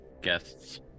guests